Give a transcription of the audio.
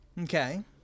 Okay